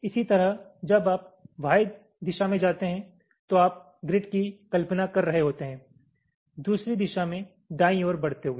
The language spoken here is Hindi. इसी तरह जब आप Y दिशा में जाते हैं तो आप ग्रिड की कल्पना कर रहे होते हैं दूसरी दिशा में दाईं ओर बढ़ते हुए